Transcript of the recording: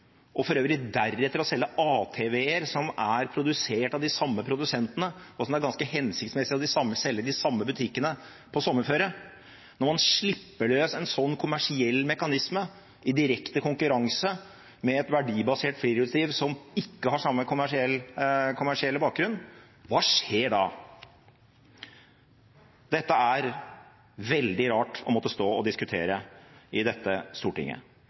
og for øvrig deretter å selge ATV-er, som er produsert av de samme produsentene, og som det er ganske hensiktsmessig å selge i de samme butikkene når det er sommerføre. Når man slipper løs en sånn kommersiell mekanisme i direkte konkurranse med et verdibasert friluftsliv som ikke har samme kommersielle bakgrunn: Hva skjer da? Dette er veldig rart å måtte stå og diskutere i Stortinget.